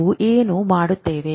ನಾವು ಏನು ಮಾಡುತ್ತೇವೆ